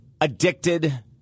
addicted